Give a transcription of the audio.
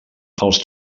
els